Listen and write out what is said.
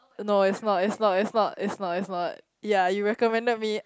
no it's not it's not it's not it's not it's not ya you recommended me